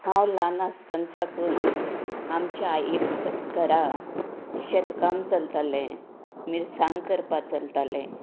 हांव ल्हान आसतना साकून आमच्या आई घरा शेतकाम चलताले मिरसांगो करपा चलताले